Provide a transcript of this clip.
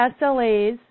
SLAs